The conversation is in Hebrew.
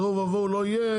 התוהו ובוהו לא יהיה,